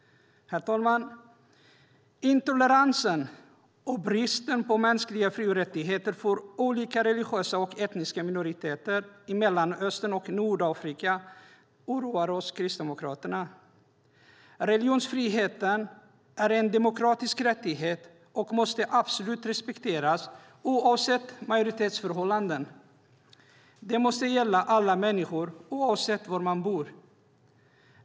Herr talman! Intoleransen och bristen på mänskliga fri och rättigheter för olika religiösa och etniska minoriteter i Mellanöstern och i Nordafrika oroar oss kristdemokrater. Religionsfriheten är en demokratisk rättighet och måste absolut respekteras oavsett majoritetsförhållande. Den måste gälla alla människor, oavsett var man bor.